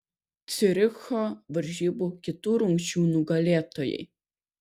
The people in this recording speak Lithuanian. ciuricho varžybų kitų rungčių nugalėtojai